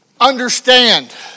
Understand